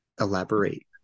elaborate